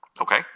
Okay